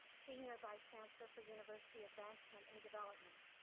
senior vice chancellor for university advancement and development.